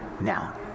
Now